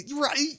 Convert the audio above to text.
Right